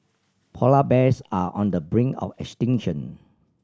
polar bears are on the brink of extinction